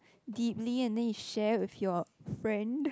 deeply and then you share with your friend